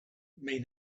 may